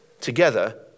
together